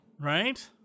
Right